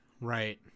Right